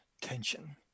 tension